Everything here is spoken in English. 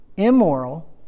immoral